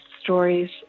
stories